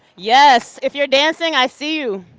yes, if you are dancing, i see you.